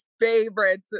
favorites